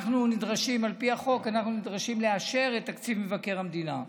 על פי החוק אנחנו נדרשים לאשר את תקציב מבקר המדינה.